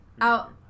out